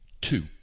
Two